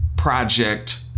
project